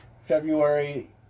February